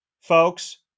folks